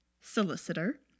solicitor